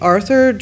Arthur